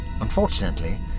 unfortunately